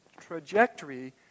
trajectory